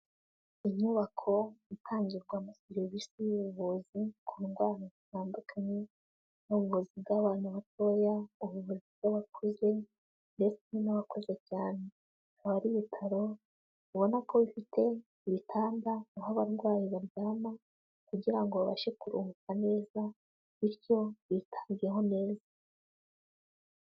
Inyubako itangirwamo serivisi y'ubuvuzi ku ndwara zitandukanye, n'ubuvuzi bw'abantu batoya, ubuvuzi bw'abakuze, ndetse n'abakuze cyane. Akaba ari ibitaro ubona ko bifite ibitanda aho abarwayi baryama, kugira ngo bashe kuruhuka neza bityo bitabweho neza.